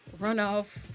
runoff